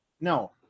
no